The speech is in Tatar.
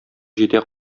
җитә